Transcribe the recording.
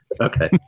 Okay